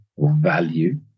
value